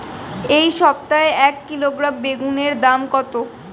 এই সপ্তাহে এক কিলোগ্রাম বেগুন এর দাম কত?